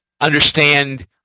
understand